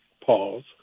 Pause